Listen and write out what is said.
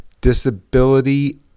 Disability